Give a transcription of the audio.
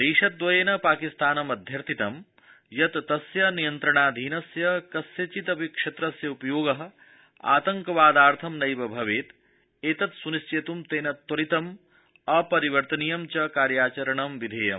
देशद्रयेन पाकिस्तानम् अध्यर्थित यत् तस्य नियन्त्रणाधीनस्य कस्यचिदपि क्षेत्रस्य उपयोगः आतंकवादार्थ नैव भवेत् एतत् सुनिश्चेत् तेन त्वरितम् अपरिवर्तनीयं च कार्यचरणं वियेयम्